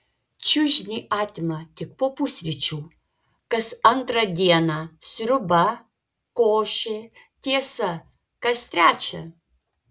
čiužinį atima tik po pusryčių kas antrą dieną sriuba košė tiesa kas trečią